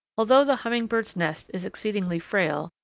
although the hummingbird's nest is exceedingly frail,